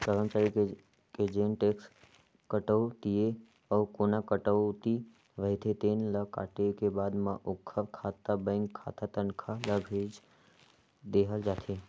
करमचारी के जेन टेक्स कटउतीए अउ कोना कटउती रहिथे तेन ल काटे के बाद म ओखर खाता बेंक खाता तनखा ल भेज देहल जाथे